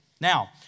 Now